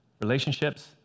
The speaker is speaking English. relationships